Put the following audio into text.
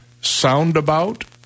Soundabout